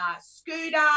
scooter